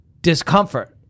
discomfort